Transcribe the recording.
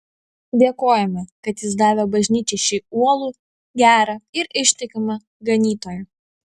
dėkojame kad jis davė bažnyčiai šį uolų gerą ir ištikimą ganytoją